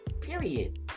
period